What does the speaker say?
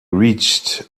reached